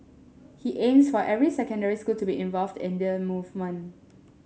he aims for every secondary school to be involved in the movement